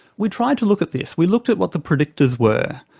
we tried to look at this. we looked at what the predictors were,